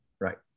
Right